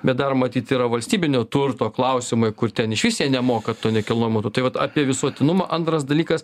bet dar matyt yra valstybinio turto klausimai kur ten išvis jie nemoka to nekilnojamo tai vat apie visuotinumą antras dalykas